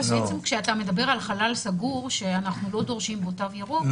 כשאתה מדבר על חלל סגור שאנחנו לא דורשים בו תו ירוק,